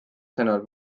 sõnul